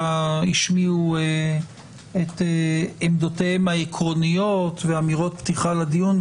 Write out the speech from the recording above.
השמיעו את עמדותיהם העקרוניות ואמירות פתיחה לדיון,